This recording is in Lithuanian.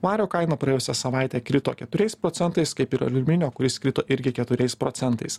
vario kaina praėjusią savaitę krito keturiais procentais kaip ir aliuminio kuris krito irgi keturiais procentais